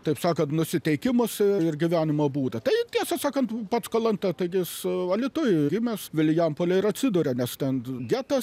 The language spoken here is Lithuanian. taip sakant nusiteikimus ir gyvenimo būdą tai tiesą sakant pats kalanta taigi jis alytuj gimęs vilijampolėj ir atsiduria nes ten getas